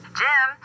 jim